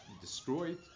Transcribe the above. destroyed